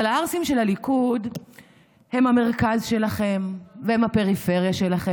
אבל הערסים של הליכוד הם המרכז שלכם והם הפריפריה שלכם,